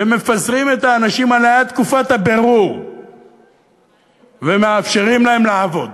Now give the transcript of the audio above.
ומפזרים את האנשים האלה עד תקופת הבירור ומאפשרים להם לעבוד